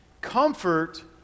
comfort